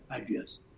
ideas